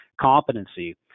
competency